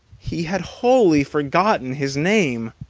he had wholly forgotten his name.